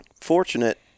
Fortunate